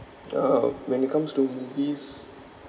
yeah when it comes to movies